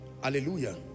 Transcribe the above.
Hallelujah